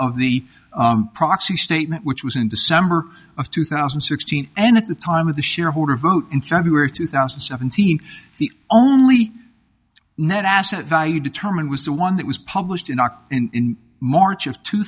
of the proxy statement which was in december of two thousand and sixteen and at the time of the shareholder vote in february two thousand and seventeen the only net asset value determined was the one that was published in our in march of two